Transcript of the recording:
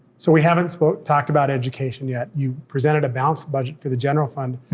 so we haven't talked about education yet. you presented a balanced budget for the general fund.